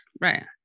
right